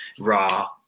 raw